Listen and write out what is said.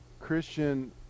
Christian